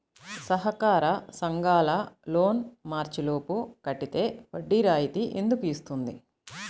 సహకార సంఘాల loan March లోపు కట్టితే వడ్డీ రాయితీ ఎందుకు ఇస్తుంది?